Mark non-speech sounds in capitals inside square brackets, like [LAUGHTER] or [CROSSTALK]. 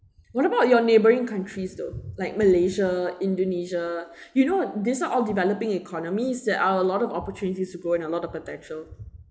what about your neighbouring countries though like malaysia indonesia [BREATH] you know these are all developing economies there are a lot of opportunities to go and a lot of potential